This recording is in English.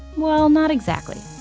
well, not exactly